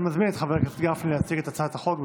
אני מזמין את חבר הכנסת גפני להציג את הצעת החוק,